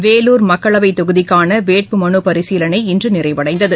வேலூர் மக்களவைத் தொகுதிக்கான வேட்புமனுக்களின் பரிசீலனை இன்று நிறைவடைந்தது